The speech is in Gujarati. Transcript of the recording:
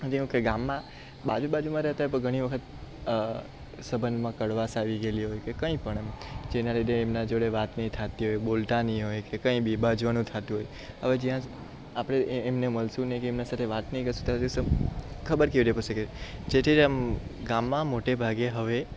કેમકે ગામમાં બાજુબાજુમાં રહેતાં હોય પણ ઘણી વખત સંબંધમાં કડવાશ આવી ગયેલી હોય કે કંઈપણ એમ જેના લીધે એમના જોડે વાત નહીં થતી હોય કે બોલતા નહીં હોય કે કંઈ બી બાઝવાનું થતું હોય હવે જ્યાં આપણે એ એમને મળશું નહીં કે એમની સાથે વાત નહીં કરીશું ખબર કેવી રીતે પડશે કે જેથી આમ ગામમાં મોટે ભાગે હવે